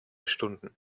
stunden